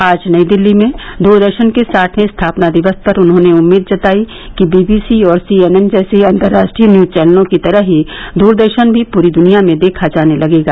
आज नई दिल्ली में दूरदर्शन के साठवें स्थापना दिवस पर उन्हॉने उम्मीद जताई कि बी बी सी और सी एन एन जैसे अंतर्राष्ट्रीय न्यूज चैनलों की तरह ही दूरदर्शन भी पूरी दुनिया में देखा जाने लगेगा